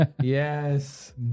yes